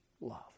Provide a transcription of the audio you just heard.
love